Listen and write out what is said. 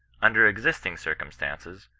under existing circumstances,